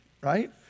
right